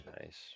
nice